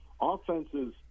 offenses